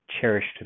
cherished